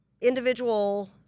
individual